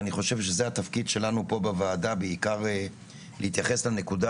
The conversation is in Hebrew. וזה התפקיד שלנו פה בוועדה בעיקר להתייחס לנקודה